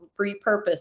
repurpose